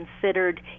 considered